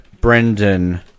brendan